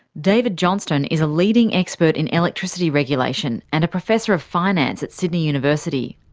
david johnstone is a leading expert in electricity regulation, and a professor of finance at sydney university.